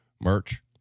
Merch